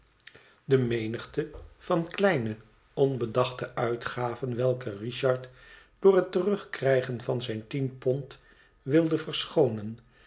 de menigte van kleine onbedachte uitgaven welke richard door het terugkrijgen van zijne tien pond wilde verschoonen